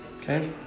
Okay